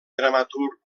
dramaturg